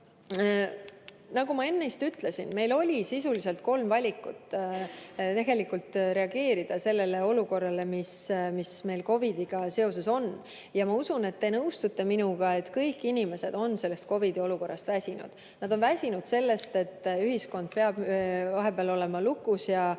Nagu ma ennist ütlesin, meil oli sisuliselt kolm valikut reageerida sellele olukorrale, mis meil COVID‑iga seoses on. Ma usun, et te nõustute minuga, et kõik inimesed on sellest COVID‑i olukorrast väsinud. Nad on väsinud sellest, et ühiskond peab vahepeal olema lukus ja